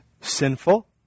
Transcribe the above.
sinful